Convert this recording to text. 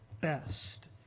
best